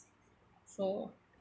so